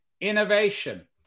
Innovation